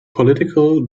political